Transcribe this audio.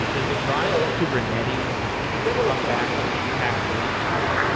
is the rise of kubernetes come back to impact the linux kernel?